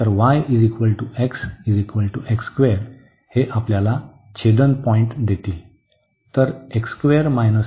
तर y x हे आपल्याला छेदन पॉईंट देईल